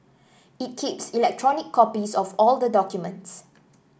it keeps electronic copies of all the documents